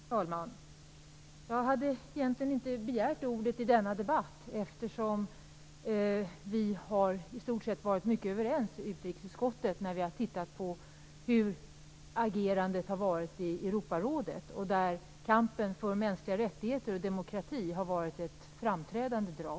Fru talman! Jag hade egentligen inte begärt ordet i denna debatt, eftersom vi i stort sett har varit överens i utrikesutskottet när vi har tittat på agerandet i Europarådet, där kampen för mänskliga rättigheter och demokrati har varit ett framträdande drag.